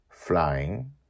Flying